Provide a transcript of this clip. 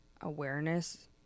awareness